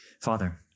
father